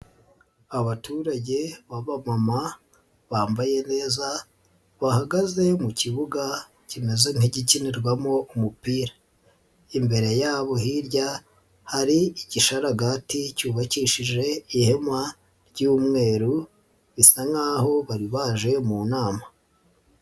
Abaturage b'abamama bambaye neza bahagaze mu kibuga kimeze nk'igikinirwamo umupira, imbere yabo hirya hari ikishararaga cyubakishije ihema ry'umweru bisa nkaho bari baje mu nama.